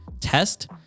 test